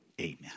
amen